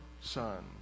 son